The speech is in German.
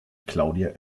claudia